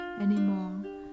anymore